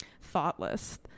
thoughtless